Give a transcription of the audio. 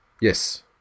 Yes